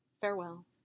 Farewell